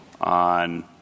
on